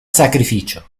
sacrificio